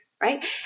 Right